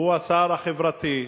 הוא השר החברתי,